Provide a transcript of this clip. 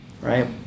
right